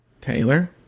Taylor